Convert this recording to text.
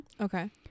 Okay